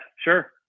sure